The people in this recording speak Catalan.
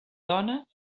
dona